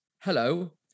Hello